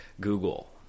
Google